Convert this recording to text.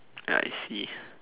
I see